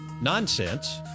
nonsense